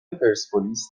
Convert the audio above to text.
پرسپولیس